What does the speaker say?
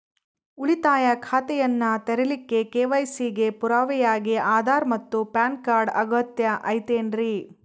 ಉಳಿತಾಯ ಖಾತೆಯನ್ನ ತೆರಿಲಿಕ್ಕೆ ಕೆ.ವೈ.ಸಿ ಗೆ ಪುರಾವೆಯಾಗಿ ಆಧಾರ್ ಮತ್ತು ಪ್ಯಾನ್ ಕಾರ್ಡ್ ಅಗತ್ಯ ಐತೇನ್ರಿ?